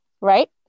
Right